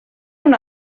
una